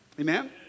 Amen